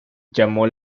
llamó